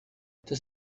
does